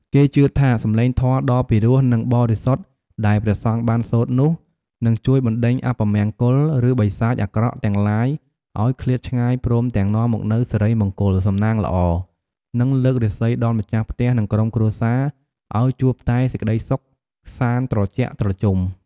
គេជឿថាសំឡេងធម៌ដ៏ពីរោះនិងបរិសុទ្ធដែលព្រះសង្ឃបានសូត្រនោះ នឹងជួយបណ្ដេញអពមង្គល ឬបិសាចអាក្រក់ទាំងឡាយឲ្យឃ្លាតឆ្ងាយព្រមទាំងនាំមកនូវសិរីមង្គល សំណាងល្អ និងលើករាសីដល់ម្ចាស់ផ្ទះនិងក្រុមគ្រួសារឲ្យជួបតែសេចក្ដីសុខសាន្តត្រជាក់ត្រជុំ។